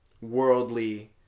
worldly